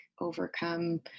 overcome